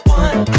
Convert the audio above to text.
one